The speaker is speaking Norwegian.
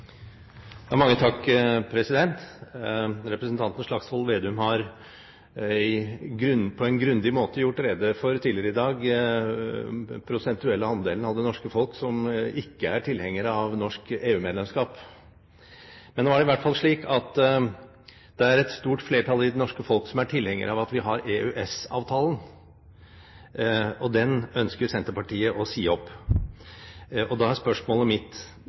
grundig måte gjort rede for den prosentuelle andelen av det norske folk som ikke er tilhenger av norsk EU-medlemskap. Men det er et stort flertall i det norske folk som er tilhenger av at vi har EØS-avtalen – og den ønsker Senterpartiet å si opp. 80 pst. av norsk eksport går til EU-landene. Da er spørsmålet mitt